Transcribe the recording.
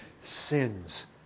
sins